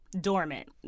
Dormant